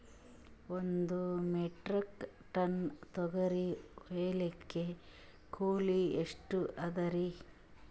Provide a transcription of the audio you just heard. ಒಂದ್ metric tonne ತೊಗರಿ ಹೋಯಿಲಿಕ್ಕ ಕೂಲಿ ಎಷ್ಟ ಅದರೀ?